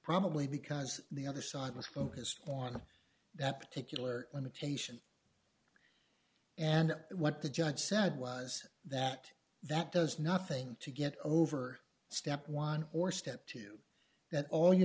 probably because the other side was focused on that particular limitation and what the judge said was that that does nothing to get over step one or step two that all you're